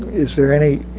is there any